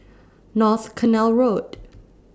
North Canal Road